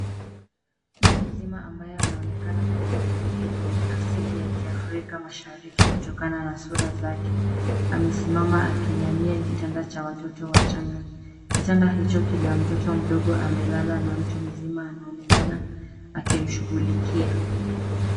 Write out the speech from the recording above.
Mtu mzima ambaye anaonekana kuwa mwanamke mwenye asili ya kiafrika mashariki kutokana na sura zake, amesimama akiinamia kitanda cha watoto wachanga. Kitanda hicho kina mtoto mdogo amelala na mtu mzima anaonekana akimshughulikia.